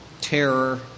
terror